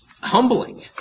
humbling